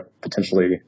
potentially